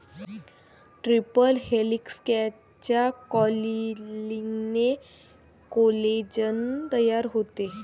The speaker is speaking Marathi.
ट्रिपल हेलिक्सच्या कॉइलिंगने कोलेजेन तयार होते